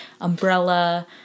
umbrella